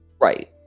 Right